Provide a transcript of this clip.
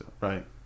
Right